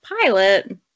Pilot